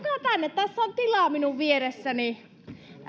tänne tässä on tilaa minun vieressäni